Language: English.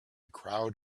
crowd